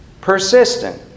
persistent